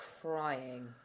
crying